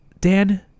Dan